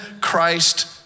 Christ